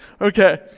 Okay